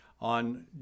on